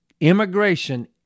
immigration